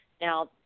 Now